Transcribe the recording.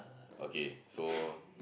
okay so